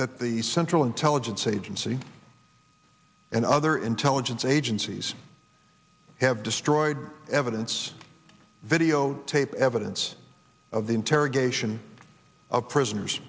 that the central intelligence agency and other intelligence agencies have destroyed evidence videotape evidence of the interrogation of prisoners